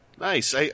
Nice